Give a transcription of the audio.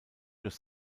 durch